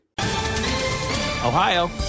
Ohio